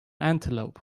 antelope